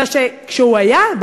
אלא שכשהוא היה,